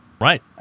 Right